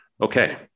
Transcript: Okay